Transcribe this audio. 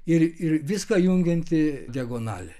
ir ir viską jungianti diagonalė